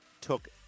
took